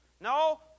No